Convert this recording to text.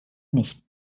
nicht